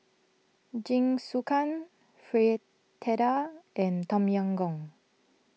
Jingisukan Fritada and Tom Yam Goong